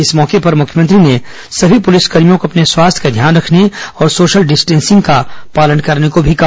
इस मौके पर मुख्यमंत्री ने सभी पुलिसकर्भियों को अपने स्वास्थ्य का ध्यान रखने और सोशल डिस्टिंसिंग का पालन करने को भी कहा